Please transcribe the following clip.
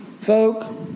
Folk